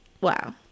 Wow